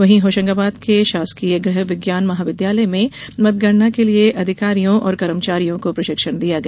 वहीं होशंगाबाद के शासकीय गृह विज्ञान महाविद्यालय में मतगणना के लिये अधिकारियों और कर्मचारियों को प्रशिक्षण दिया गया